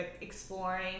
exploring